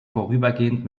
vorübergehend